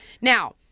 Now